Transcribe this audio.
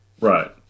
right